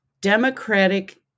democratic